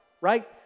right